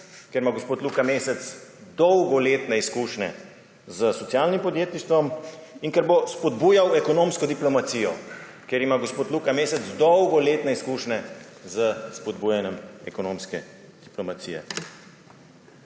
ker ima gospod Luka Mesec dolgoletne izkušnje s socialnim podjetništvom, in kjer bo spodbujal ekonomsko diplomacijo, ker ima gospod Luka Mesec dolgoletne izkušnje s spodbujanjem ekonomske diplomacije.